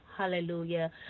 Hallelujah